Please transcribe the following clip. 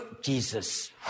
Jesus